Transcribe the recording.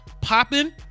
popping